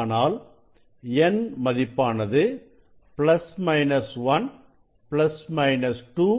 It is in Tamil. ஆனால் n மதிப்பானது பிளஸ் மைனஸ் 1 பிளஸ் மைனஸ் 2